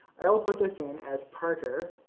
i'll put this in as parker,